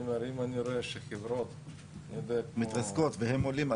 אני אומר שאם אני רואה שחברות כמו --- מתרסקות והם עולים.